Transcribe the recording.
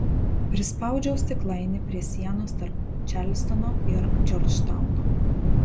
prispaudžiau stiklainį prie sienos tarp čarlstono ir džordžtauno